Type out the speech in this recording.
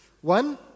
One